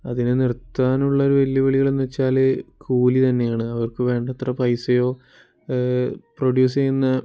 അതിനെ നിർത്താനുള്ളൊരു വെല്ലുവിളികളെന്ന് വെച്ചാൽ കൂലിതന്നെയാണ് അവർക്ക് വേണ്ടത്ര പൈസയോ പ്രൊഡ്യൂസ് ചെയ്യുന്ന